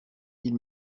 ils